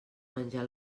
menjar